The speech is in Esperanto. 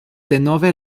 denove